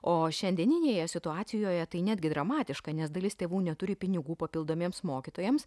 o šiandieninėje situacijoje tai netgi dramatiška nes dalis tėvų neturi pinigų papildomiems mokytojams